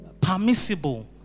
permissible